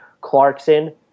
Clarkson